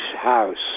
house